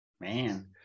Man